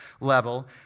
level